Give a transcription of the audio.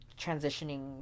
transitioning